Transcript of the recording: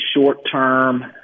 short-term